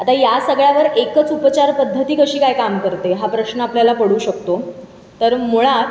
आता या सगळ्यावर एकच उपचारपद्धती कशी काय काम करते हा प्रश्न आपल्याला पडू शकतो तर मुळात